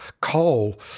coal